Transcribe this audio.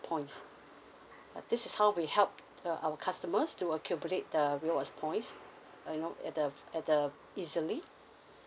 points this is how we help the our customers to accumulate the rewards points you know at the at the easily